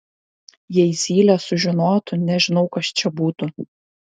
jei zylė sužinotų nežinau kas čia būtų